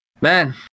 man